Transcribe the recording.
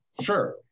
Sure